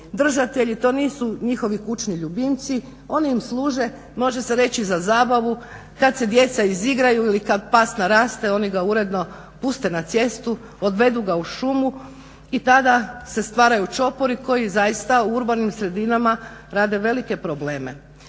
držatelji to nisu njihovi kućni ljubimci, oni im služe može se reći za zabavu kada se djeca izigraju ili kada pas naraste oni ga uredno puste na cestu, odvedu ga u šumu i tada se stvaraju čopori koji zaista u urbanim sredinama rade velike probleme.